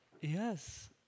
yes